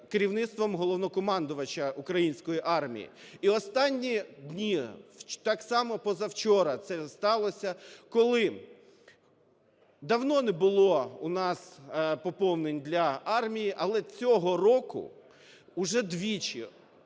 керівництвом Головнокомандувача української армії. І останні дні, так само позавчора це сталося, коли давно не було у нас поповнень для армії. Але цього року уже двічі